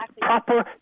proper